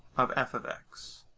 of f of x.